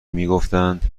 میگفتند